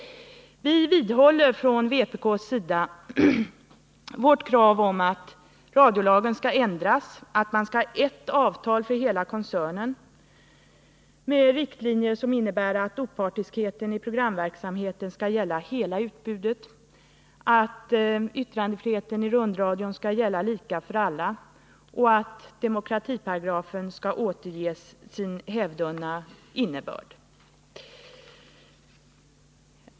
Vi vidhåller från vpk:s sida vårt krav på att radiolagen skall ändras, att man vision, m.m. skall ha ett avtal för hela koncernen med riktlinjer som innebär att opartiskheten i programverksamheten skall gälla hela utbudet, att yttrandefriheten i rundradion skall gälla lika för alla och att demokratiparagrafen skall återges sin hävdvunna innebörd.